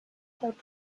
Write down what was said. about